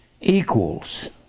equals